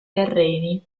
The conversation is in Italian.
terreni